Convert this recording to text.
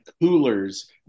coolers